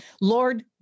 Lord